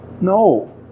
No